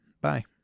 Bye